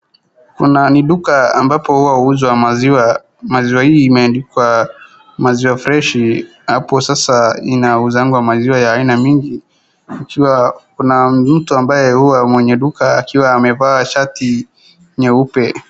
Kuna na ni duka ambapo huuzwa maziwa. Maziwa hii imeandikwa maziwa freshi hapo sasa inauzwaga maziwa ya aina mingi ikiwa kuna mtu ambaye huwa mwenye duka akiwa amevaa shati nyeupe.